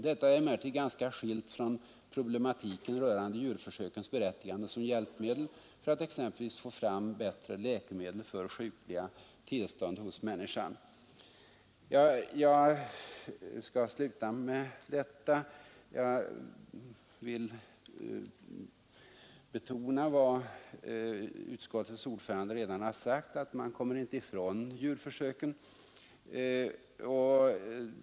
Detta är emellertid ganska skilt från problematiken rörande djurförsökens berättigande som hjälpmedel för att exempelvis få fram bättre läkemedel för sjukliga tillstånd hos människan.” Jag skall sluta med detta, men jag vill betona vad utskottets ordförande redan har sagt. Man kommer inte ifrån djurförsöken.